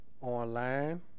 online